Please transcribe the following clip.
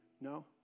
No